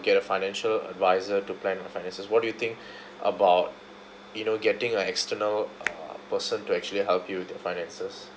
get a financial advisor to plan my finances what do you think about you know getting a external uh person to actually help you with your finances